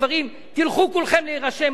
האם יבוא דבר כזה בחקיקה?